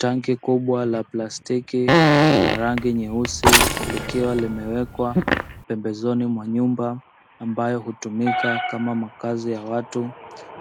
Tanki kubwa la plastiki la rangi nyeusi likiwa limewekwa pembezoni mwa nyumba ambayo hutumika kama makazi ya watu